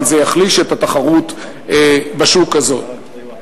אבל זה יחליש את התחרות בשוק הזה.